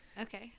Okay